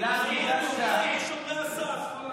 גלעד, שומרי הסף.